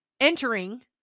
entering